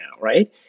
right